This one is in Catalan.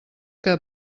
que